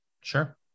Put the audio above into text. Sure